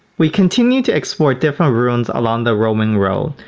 we continue to explore different ruins along the roman road,